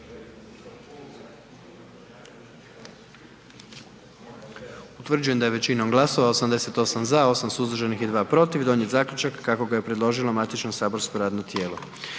Utvrđujem da je većinom glasova 99 za i 1 suzdržani donijet zaključak kako su ga predložila saborska radna tijela.